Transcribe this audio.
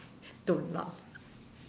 don't laugh